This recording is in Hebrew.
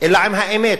אלא עם האמת,